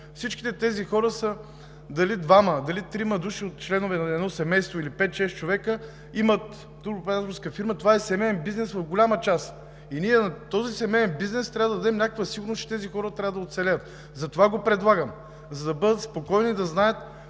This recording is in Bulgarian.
Всичките тези хора – дали двама, дали трима души, са членове на едно семейство или пет-шест човека имат туроператорска фирма – в голямата част това е семеен бизнес. И ние на този семеен бизнес трябва да дадем някаква сигурност, че тези хора трябва да оцелеят. Затова го предлагам, за да бъдат спокойни, да знаят,